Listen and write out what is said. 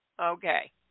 Okay